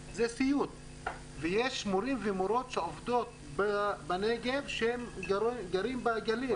ויש מורים ומורות שעובדים בנגב שהם גרים בגליל.